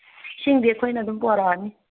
ꯏꯁꯤꯡꯗꯤ ꯑꯩꯈꯣꯏꯅ ꯑꯗꯨꯝ ꯄꯨꯔꯛꯑꯅꯤ